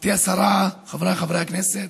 גברתי השרה, חבריי חברי הכנסת,